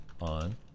on